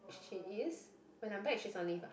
she is when I'm back she's on leave ah